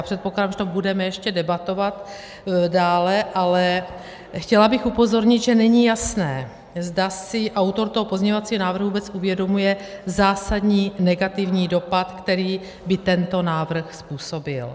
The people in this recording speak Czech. Předpokládám, že o tom budeme ještě debatovat dále, ale chtěla bych upozornit, že není jasné, zda si autor toho pozměňovacího návrhu vůbec uvědomuje zásadní negativní dopad, který by tento návrh způsobil.